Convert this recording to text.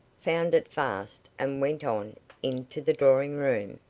found it fast, and went on into the drawing-room.